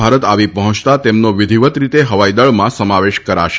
ભારત આવી પહોંચતા તેમનો વિધિવત રીતે હવાઈદળમાં સમાવેશ કરાશે